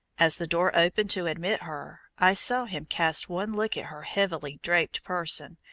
as the door opened to admit her, i saw him cast one look at her heavily draped person,